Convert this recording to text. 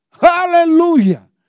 Hallelujah